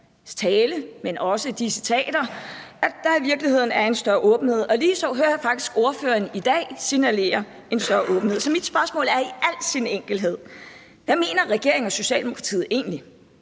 tale og citater, at der i virkeligheden er en større åbenhed, og ligeså hører jeg faktisk ordføreren i dag signalere en større åbenhed. Så mit spørgsmål er i al sin enkelhed: Hvad mener regeringen og Socialdemokratiet egentlig?